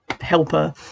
helper